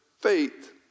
faith